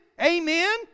Amen